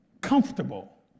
comfortable